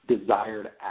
desired